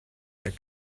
the